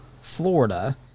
Florida